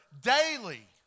daily